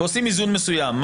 ועושים איזון מסוים.